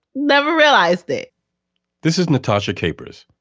never realized it this is natasha capers.